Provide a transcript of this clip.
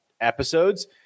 episodes